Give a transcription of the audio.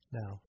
now